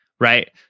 Right